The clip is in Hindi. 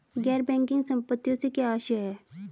गैर बैंकिंग संपत्तियों से क्या आशय है?